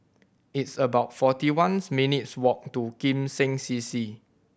it's about forty one minutes' walk to Kim Seng C C